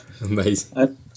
Amazing